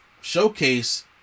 showcase